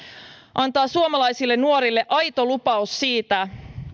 antaa suomalaisille nuorille aito lupaus siitä